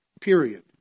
period